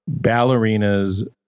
ballerinas